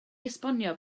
esbonio